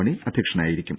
മണി അധ്യക്ഷനായിരിക്കും